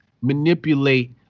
manipulate